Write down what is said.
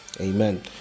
Amen